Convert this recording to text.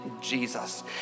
Jesus